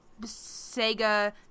Sega